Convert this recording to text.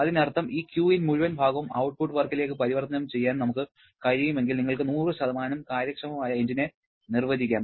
അതിനർത്ഥം ഈ Qin മുഴുവൻ ഭാഗവും ഔട്ട്പുട്ട് വർക്കിലേക്ക് പരിവർത്തനം ചെയ്യാൻ നമുക്ക് കഴിയുമെങ്കിൽ നിങ്ങൾക്ക് 100 കാര്യക്ഷമമായ എഞ്ചിനെ നിർവചിക്കാം